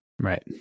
Right